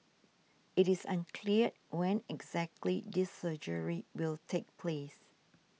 it is unclear when exactly this surgery will take place